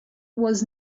was